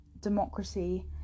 democracy